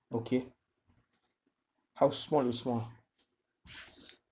okay how small is small